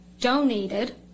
donated